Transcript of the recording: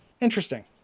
Interesting